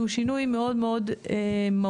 שהוא שינוי מאוד מאוד מהותי,